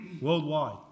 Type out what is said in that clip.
worldwide